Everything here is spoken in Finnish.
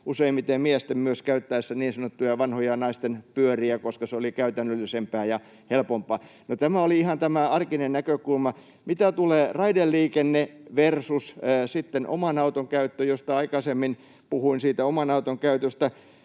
useimmiten myös miesten käyttäessä niin sanottuja vanhoja naisten pyöriä, koska se oli käytännöllisempää ja helpompaa. No, tämä oli ihan tämä arkinen näkökulma. Mitä tulee raideliikenteen versus oman auton käyttöön — aikaisemmin puhuin siitä oman auton käytöstä: